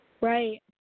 Right